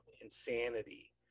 insanity